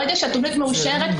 ברגע שהתוכנית מאושרת,